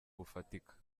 bufatika